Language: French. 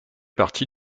partie